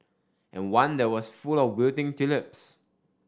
and one that was full of wilting tulips